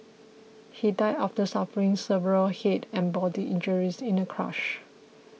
he died after suffering severe head and body injuries in a crash